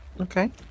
Okay